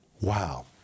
Wow